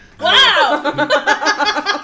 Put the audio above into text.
Wow